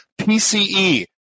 PCE